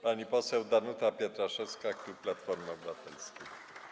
Pani poseł Danuta Pietraszewska, klub Platformy Obywatelskiej.